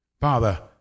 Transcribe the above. Father